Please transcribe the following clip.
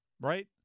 right